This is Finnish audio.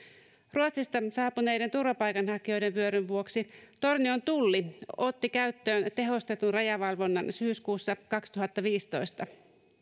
ruotsista saapuneiden turvapaikanhakijoiden vyöryn vuoksi tornion tulli otti käyttöön tehostetun rajavalvonnan syyskuussa kaksituhattaviisitoista